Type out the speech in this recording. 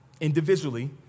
Individually